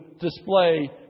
display